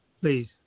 please